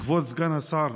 כבוד סגן השר,